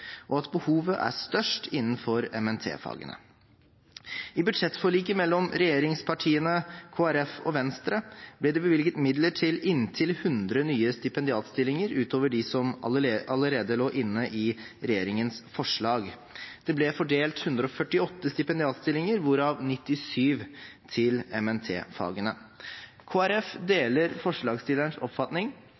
og at behovet er størst innenfor MNT-fagene. I budsjettforliket mellom regjeringspartiene, Kristelig Folkeparti og Venstre ble det bevilget midler til inntil 100 nye stipendiatstillinger utover de som allerede lå inne i regjeringens forslag. Det ble fordelt 148 stipendiatstillinger, hvorav 97 til MNT-fagene. Kristelig Folkeparti deler forslagsstillernes oppfatning